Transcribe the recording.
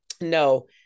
no